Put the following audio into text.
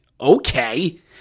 Okay